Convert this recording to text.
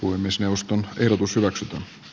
uimisjaoston ehdotus ole